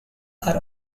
are